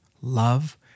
love